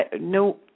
no